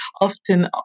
Often